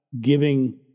giving